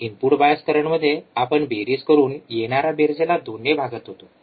input bias करंटमध्ये आपण बेरीज करून येणाऱ्या बेरजेला २ ने भागत होतो